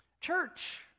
Church